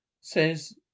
says